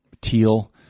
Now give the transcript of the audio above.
teal